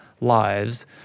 lives